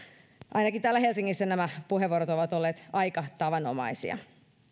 ainakin täällä helsingissä nämä puheenvuorot ovat olleet aika tavanomaisia monet